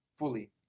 Fully